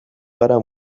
gara